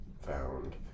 found